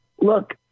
look